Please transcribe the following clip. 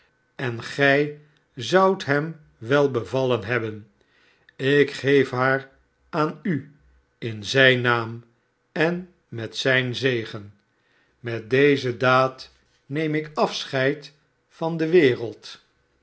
en gij zoudt hem wel bevallen hebben ik geef haar aan u in zijn naam en met zijn zegen met deze barnaby wordt gered daad neem ik afseheid van de wereld